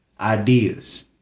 ideas